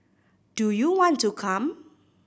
do you want to come